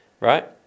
right